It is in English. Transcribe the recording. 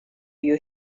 you